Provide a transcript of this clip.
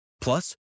Plus